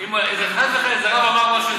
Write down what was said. אם חס וחלילה איזה רב אמר משהו,